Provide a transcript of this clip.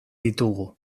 ditugu